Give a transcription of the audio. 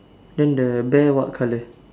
then the bear what colour